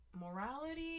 Morality